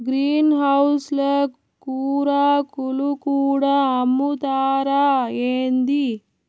green house ల కూరాకులు కూడా అమ్ముతారా ఏంది